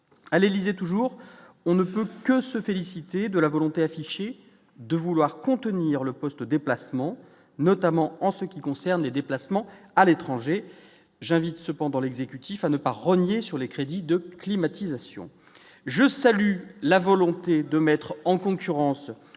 à l'Élysée, toujours, on ne peut que se féliciter de la volonté affichée de vouloir contenir le poste le déplacement, notamment en ce qui concerne les déplacements à l'étranger j'invite cependant l'exécutif à ne pas renier sur les crédits de climatisation, je salue la volonté de mettre en concurrence